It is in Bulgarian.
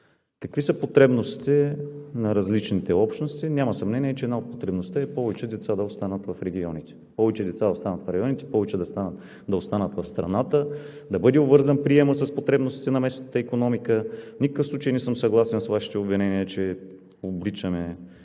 Какви са потребностите на различните общности? Няма съмнение, че една от потребностите е повече деца да останат в районите, повече да останат в страната, да бъде обвързан приемът с потребностите на местната икономика. В никакъв случай не съм съгласен с Вашите обвинения, че обричаме